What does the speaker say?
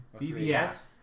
BBS